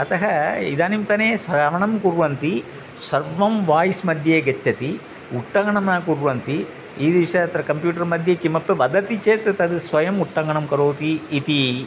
अतः इदानीन्तने श्रवणं कुर्वन्ति सर्वं वायिस्मध्ये गच्छति उट्टङ्कनं न कुर्वन्ति ईदृशः अत्र कम्प्यूटर्मध्ये किमपि वदति चेत् तद् स्वयम् उट्टङ्कनं करोति इति